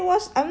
so e~